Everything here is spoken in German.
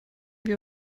wir